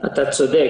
אתה צודק.